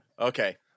Okay